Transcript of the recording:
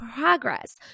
progress